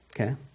Okay